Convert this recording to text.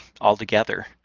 altogether